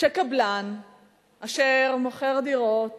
שקבלן אשר מוכר דירות